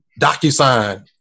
DocuSign